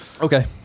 Okay